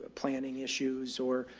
ah planning issues or,